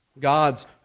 God's